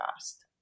fast